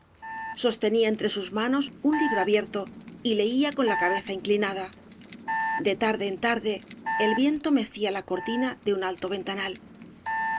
sostenía entre sus manos un libro abierto y leía con la cabeza inclinada de tarde en tarde el viento mecía la cortina de un alto ventanal